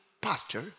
Pastor